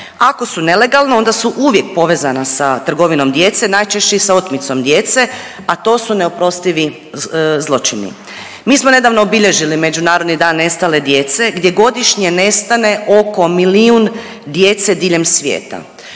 Ako su nelegalna onda su uvijek povezana sa trgovinom djece, najčešće sa otmicom djece, a to su neoprostivi zločini. Mi smo nedavno obilježili Međunarodni dan nestale djece gdje godišnje nestane oko milijun djece diljem svijeta.